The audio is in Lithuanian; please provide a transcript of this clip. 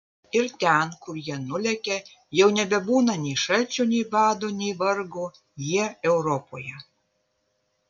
ir ten kur jie nulekia jau nebebūna nei šalčio nei bado nei vargo jie europoje